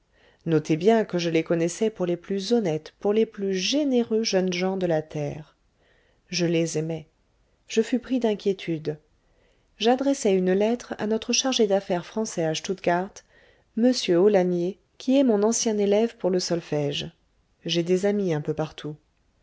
notez bien que je les connaissais pour les plus honnêtes pour les plus généreux jeunes gens de la terre je les aimais je fus pris d'inquiétude j'adressai une lettre à notre chargé d'affaires français à stuttgard m aulagnier qui est mon ancien élève pour le solfège j'ai des amis un peu partout